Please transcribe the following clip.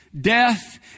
death